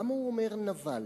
למה הוא אומר "נבל"?